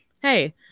hey